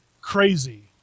crazy